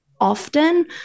Often